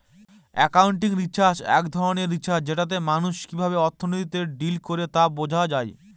accounting research এক ধরনের research যেটাতে মানুষ কিভাবে অর্থনীতিতে ডিল করে তা বোঝা যায়